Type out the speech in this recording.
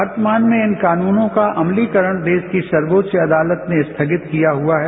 वर्तमान में इन कानूनों का अमलीकरण देश की सर्वोच्च अदालत ने स्थगित किया हुआ है